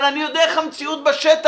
אבל אני יודע איך המציאות בשטח.